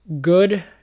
good